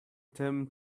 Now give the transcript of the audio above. tim